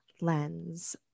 lens